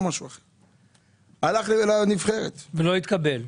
הלך לנבחרת ולא התקבל.